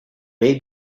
may